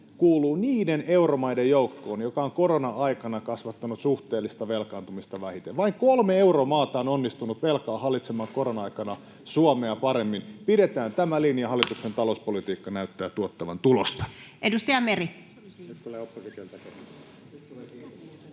kuuluu niiden euromaiden joukkoon, jotka ovat korona-aikana kasvattaneet suhteellista velkaantumista vähiten. Vain kolme euromaata on onnistunut velkaa hallitsemaan korona-aikana Suomea paremmin. Pidetään tämä linja. Hallituksen talouspolitiikka näyttää tuottavan tulosta. [Speech